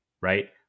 right